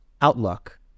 outlook